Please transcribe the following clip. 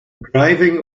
driving